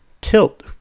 Tilt